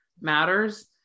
matters